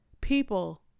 people